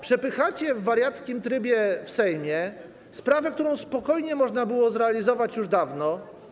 Przepychacie w wariackim trybie w Sejmie sprawę, którą spokojnie można było zrealizować już dawno.